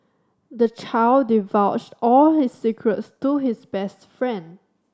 the child divulged all his secrets to his best friend